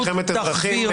מלחמת אזרחים,